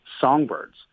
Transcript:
songbirds